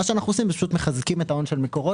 מה שאנחנו עושים זה פשוט מחזקים את ההון של מקורות,